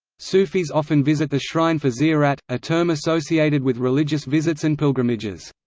sufis often visit the shrine for ziyarat, a term associated with religious visits and pilgrimages.